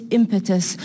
impetus